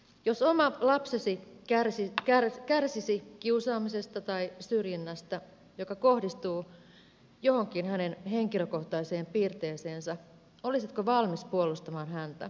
jos oma lapsesi kärsisi kiusaamisesta tai syrjinnästä joka kohdistuu johonkin hänen henkilökohtaiseen piirteeseensä olisitko valmis puolustamaan häntä